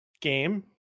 game